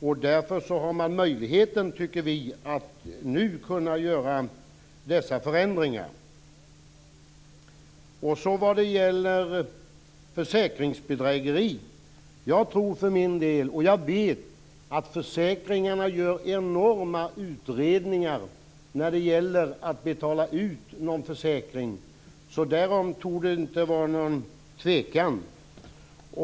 och därför tycker vi att man nu har möjligheten att göra dessa förändringar. Det har talats om försäkringsbedrägerier. Jag för min del tror och vet att försäkringsbolagen gör enorma utredningar innan de betalar ut någon försäkring. Därom torde det inte råda någon tvekan.